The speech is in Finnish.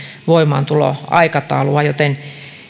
voimaantuloaikataulua joten